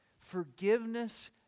Forgiveness